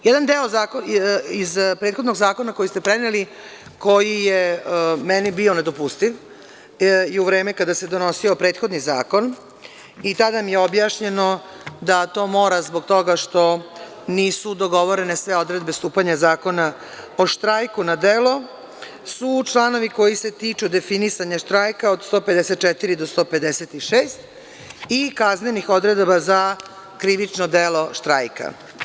Jedan deo iz prethodnog zakona koji ste preneli, a koji je meni bio nedopustiv, i u vreme kada se donosio prethodni zakon i tada mi je objašnjeno da to mora zbog toga što nisu dogovorene sve odredbe stupanja Zakona o štrajku na delo, su članovi koji se tiču definisanja štrajka od 154. do 156. i kaznenih odredaba za krivično delo štrajka.